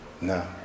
No